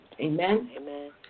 Amen